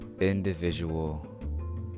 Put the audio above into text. individual